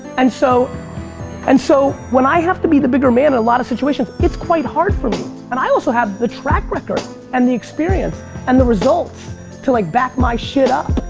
and so and so when i have to be the bigger man in a lot of situations, it's quite hard for me and i also have the track record and the experience and the results to like back my shit up.